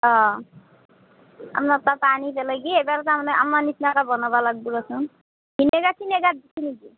অঁ আপোনাৰ তাৰপৰা আনি পেলাই কি এইবাৰ তাৰমানে আমাৰ নিচিনাকে বনাব লাগব দেচোন ভিনেগাৰ চিনেগাৰ দিছি নেকি